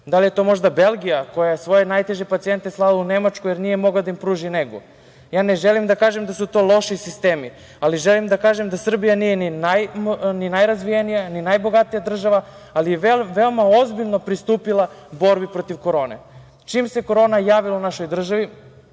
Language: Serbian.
Da li je to možda Belgija koja je svoje najteže pacijente slala u Nemačku jer nije mogla da im pruži negu. Ne želim da kažem da su to loši sistemi, ali želim da kažem da Srbija nije ni najrazvijenija, ni najbogatija država ali je veoma ozbiljno pristupila borbi protiv korone. Čim se korona javila u našoj državi